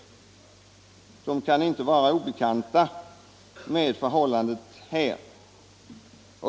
De kan inte vara obekanta med förhållandet här.